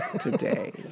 today